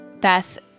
Beth